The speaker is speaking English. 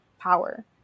power